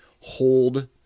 hold